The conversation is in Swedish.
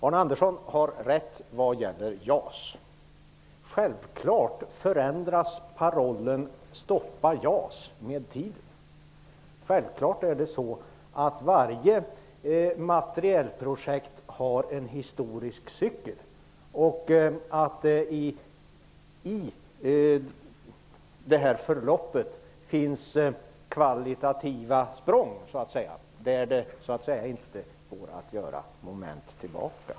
Arne Andersson har vad gäller JAS rätt i att innebörden i parollen ''Stoppa JAS'' förändras med tiden. Varje materielprojekt genomgår en historisk cykel, och i det förloppet förekommer kvalitativa språng, efter vilka man inte kan vända tillbaka.